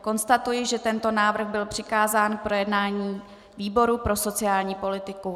Konstatuji, že tento návrh byl přikázán k projednání výboru pro sociální politiku.